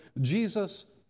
Jesus